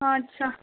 अच्छा